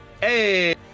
Hey